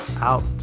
out